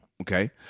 Okay